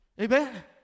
Amen